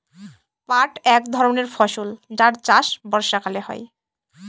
পাট এক ধরনের ফসল যার চাষ বর্ষাকালে হয়